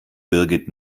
birgit